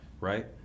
right